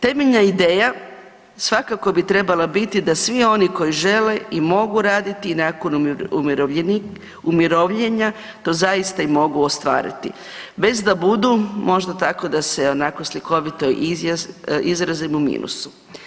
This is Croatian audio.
Temeljna ideja svakako bi trebala biti da svi oni koji žele i mogu raditi nakon umirovljenja to zaista i mogu ostvariti, bez da budu, možda tako da se onako slikovito izrazim, u minusu.